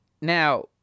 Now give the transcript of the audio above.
Now